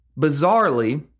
Bizarrely